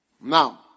Now